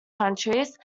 countries